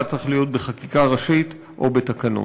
צריך להיות בחקיקה ראשית או בתקנות.